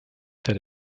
that